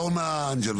ארנה אנג'ל,